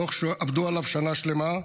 דוח שעבדו עליו שנה שלמה,